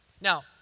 Now